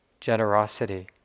generosity